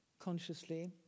Consciously